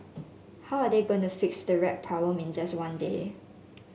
how are they going to fix the rat problem in just one day